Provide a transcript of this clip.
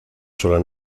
sola